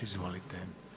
Izvolite.